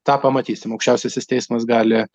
tą pamatysim aukščiausiasis teismas gali